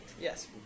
Yes